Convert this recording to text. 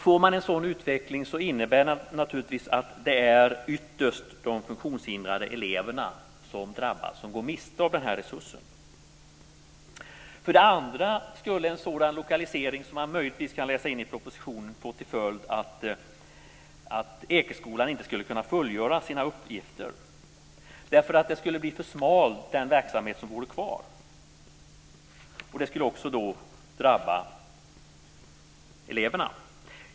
Får man en sådan utveckling innebär det naturligtvis att det ytterst är de funktionshindrade eleverna som drabbas och som går miste om resursen. Dessutom skulle en sådan lokalisering som man möjligtvis kan läsa in i propositionen få till följd att Ekeskolan inte skulle kunna fullgöra sina uppgifter. Den verksamhet som var kvar skulle bli för smal. Det skulle också drabba eleverna.